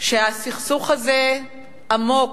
שהסכסוך הזה עמוק,